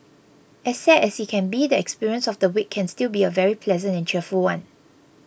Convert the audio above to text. as sad as it can be the experience of the wake can still be a very pleasant and cheerful one